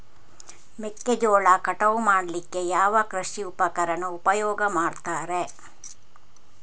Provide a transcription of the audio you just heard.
ಮೆಕ್ಕೆಜೋಳ ಕಟಾವು ಮಾಡ್ಲಿಕ್ಕೆ ಯಾವ ಕೃಷಿ ಉಪಕರಣ ಉಪಯೋಗ ಮಾಡ್ತಾರೆ?